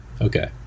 Okay